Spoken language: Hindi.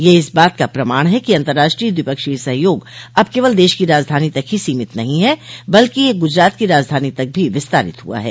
यह इस बात का प्रमाण है कि अंतर्राष्ट्रीय द्विपक्षीय सहयोग अब केवल देश की राजधानी तक ही सीमित नहीं है बल्कि यह राज्य की राजधानी तक भी विस्तारित हुआ है